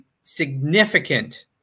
significant